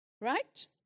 right